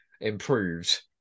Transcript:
improved